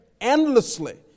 endlessly